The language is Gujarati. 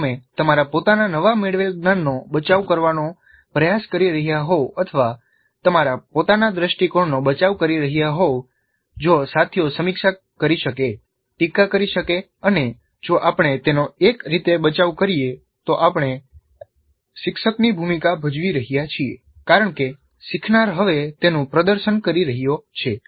જ્યારે તમે તમારા પોતાના નવા મેળવેલા જ્ઞાનનો બચાવ કરવાનો પ્રયાસ કરી રહ્યા હોવ અથવા તમારા પોતાના દૃષ્ટિકોણનો બચાવ કરી રહ્યા હોવ જો સાથીઓ સમીક્ષા કરી શકે ટીકા કરી શકે અને જો આપણે તેનો એક રીતે બચાવ કરીએ તો આપણે શિક્ષકની ભૂમિકા ભજવી રહ્યા છીએ કારણ કે શીખનાર હવે તેનું પ્રદર્શન કરી રહ્યો છે